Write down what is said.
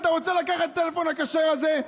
אתה רוצה לקחת את הטלפון הכשר הזה,